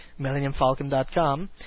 MillenniumFalcon.com